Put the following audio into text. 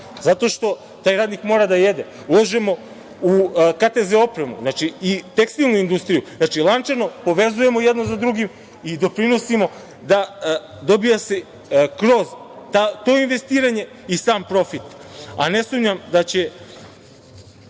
Zato što taj radnik mora da jede, ulažemo u opremu, znači, u tekstilnu industriju. Znači, lančano povezujemo jedno sa drugim i doprinosimo da se dobija kroz to investiranje i sam profit. Ne sumnjam da će